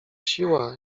siła